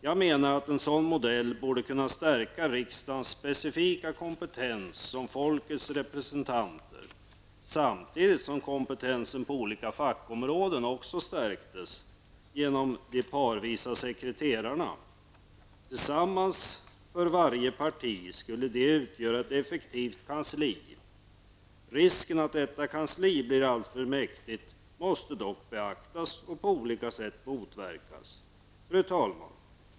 Jag menar att en sådan modell borde kunna stärka riksdagens specifika kompetens som folkets representant samtidigt som kompetensen på olika fackområden också stärktes genom de gemensamma sekreterarna -- tillsammans för varje parti skulle de utgöra ett effektivt kansli. Risken att detta kansli blir alltför mäktigt måste dock beaktas och på olika sätt motverkas. Fru talman!